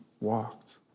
walked